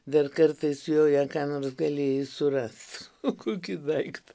dar kartais joje ką nors galėjai surast kokį daiktą